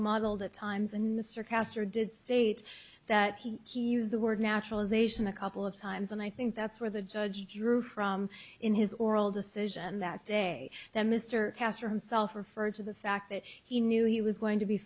muddled at times and mr caster did state that he used the word naturalization a couple of times and i think that's where the judge drew from in his oral decision that day that mr castro himself referred to the fact that he knew he was going to be